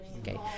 Okay